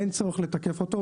אין צורך לתקף אותו,